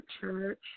church